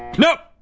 no!